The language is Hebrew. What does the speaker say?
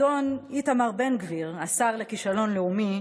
השר, האדון איתמר בן גביר, השר לכישלון לאומי,